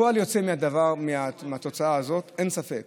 הפועל היוצא של הדבר, אין ספק